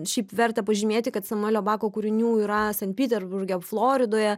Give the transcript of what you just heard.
šiaip verta pažymėti kad samuelio bako kūrinių yra sankt peterburge floridoje